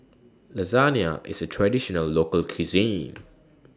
Lasagne IS A Traditional Local Cuisine